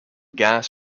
gas